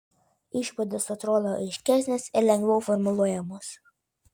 išvados atrodo aiškesnės ir lengviau formuluojamos